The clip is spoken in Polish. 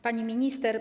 Pani Minister!